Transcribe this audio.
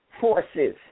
forces